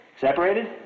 separated